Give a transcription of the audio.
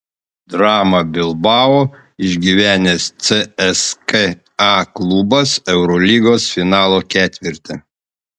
dramą bilbao išgyvenęs cska klubas eurolygos finalo ketverte